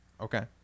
Okay